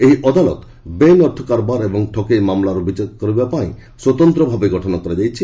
ଏହି ଅଦାଲତ ବେଆଇନ ଅର୍ଥ କାରବାର ଏବଂ ଠକେଇ ମାମଲାର ବିଚାର କରିବା ପାଇଁ ସ୍ପତନ୍ତ୍ର ଭାବେ ଗଠନ କରାଯାଇଛି